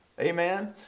Amen